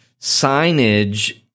signage